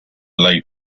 low